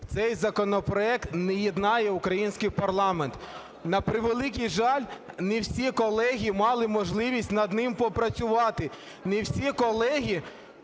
Цей законопроект не єднає український парламент. На превеликий жаль, не всі колеги мали можливість над ним попрацювати, не всі колеги